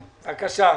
בבקשה.